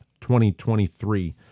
2023